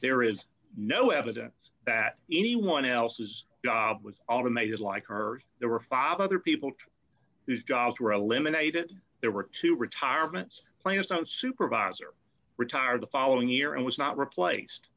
there is no evidence that anyone else's job was automated like her there were five other people whose jobs were eliminated there were two retirements plans on supervisor retired the following year and was not replaced